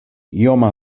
ioma